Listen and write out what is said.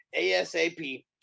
asap